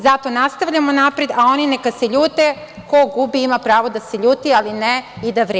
Zato nastavljamo napred, a oni neka se ljute, ko gubi ima pravo da se ljuti, ali ne i da vređa.